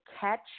catch